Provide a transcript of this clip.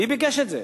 מי ביקש את זה?